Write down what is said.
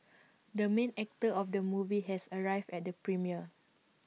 the main actor of the movie has arrived at the premiere